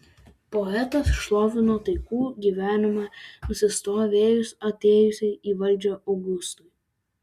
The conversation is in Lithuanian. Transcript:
poetas šlovino taikų gyvenimą nusistovėjusį atėjus į valdžią augustui